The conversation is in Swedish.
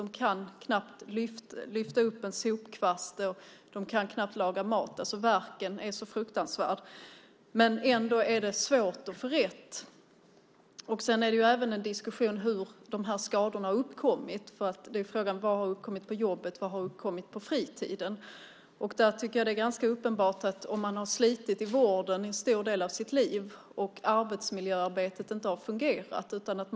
De kan knappt lyfta upp en sopkvast eller laga mat. Värken är så fruktansvärd. Ändå är det svårt att få rätt. Det diskuteras hur skadorna har uppkommit. Frågan är vad som har uppkommit på jobbet och vad som har uppkommit på fritiden. Det är ganska uppenbart att om man har slitit i vården under en stor del av sitt liv och arbetsmiljöarbetet inte har fungerat uppstår skador.